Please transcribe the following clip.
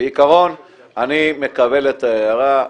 בעיקרון אני מקבל את ההערה,